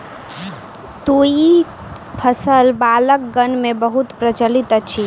तूईत फल बालकगण मे बहुत प्रचलित अछि